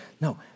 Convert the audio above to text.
No